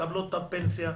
מקבלות את הפנסיה,